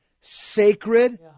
sacred